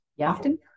often